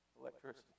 electricity